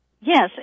Yes